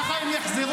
ככה הם יחזרו,